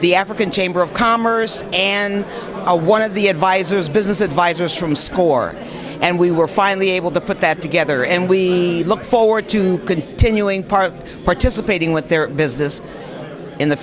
the african chamber of commerce and a one of the advisers business advisors from score and we were finally able to put that together and we look forward to continuing part of participating with their business in the